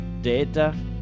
data